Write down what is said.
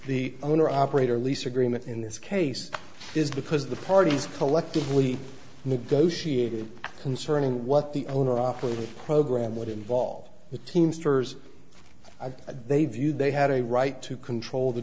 the owner operator lease agreement in this case is because the parties collectively negotiated concerning what the owner operated program would involve the teamsters they viewed they had a right to control the